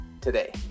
today